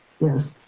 yes